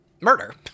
murder